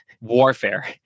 warfare